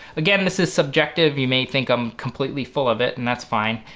again this is subjective you may think i'm completely full of it, and that's fine,